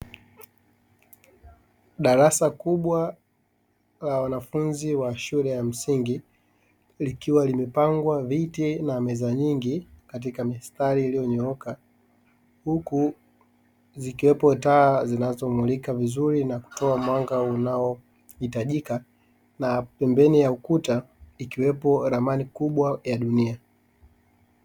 Darasa kubwa la wanafunzi wa shule ya msingi likiwa limepangwa viti na meza nyingi katika mistari iliyonyooka, huku zikiwepo taa zinazomulika vizuri na kutoa mwanga unaohitajika na pembeni ya ukuta ikiwepo ramani kubwa ya dunia.